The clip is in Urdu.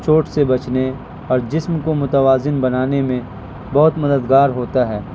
چوٹ سے بچنے اور جسم کو متوازن بنانے میں بہت مددگار ہوتا ہے